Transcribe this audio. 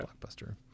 Blockbuster